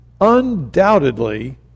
Undoubtedly